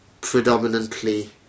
predominantly